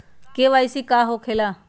KYC का हो के ला?